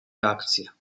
reakcje